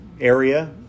area